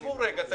שבו רגע,